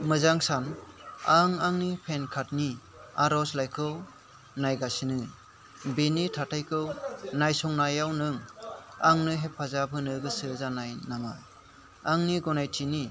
मोजां सान आं आंनि पेन कार्ड नि आर'ज लाइखौ नायगासिनो बेनि थाथायखौ नायसंनायाव नों आंनो हेफाजाब होनो गोसो जानाय नामा आंनि गनायथिनि